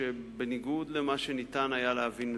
שבניגוד למה שניתן היה להבין מדבריך,